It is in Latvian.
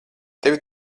tevi